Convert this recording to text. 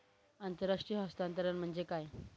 आंतरराष्ट्रीय हस्तांतरण म्हणजे काय?